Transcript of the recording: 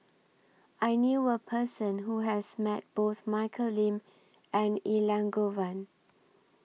I knew A Person Who has Met Both Michelle Lim and Elangovan